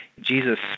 Jesus